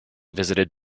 visited